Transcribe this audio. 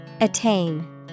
Attain